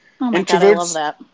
introverts